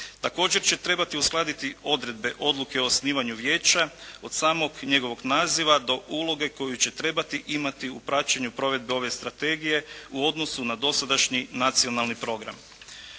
Također će trebati uskladiti odredbe odluke o osnivanju vijeća od samog njegovog naziva do uloge koju će trebati imati u praćenju provedbe ove strategije u odnosu na dosadašnji nacionalni program.